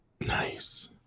nice